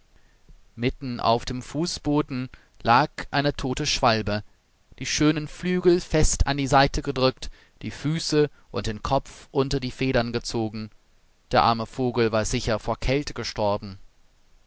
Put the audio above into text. mitten auf dem fußboden lag eine tote schwalbe die schönen flügel fest an die seite gedrückt die füße und den kopf unter die federn gezogen der arme vogel war sicher vor kälte gestorben